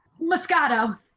Moscato